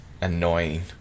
annoying